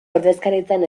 ordezkaritzan